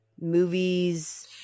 movies